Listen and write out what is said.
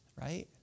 right